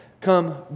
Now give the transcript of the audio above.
Come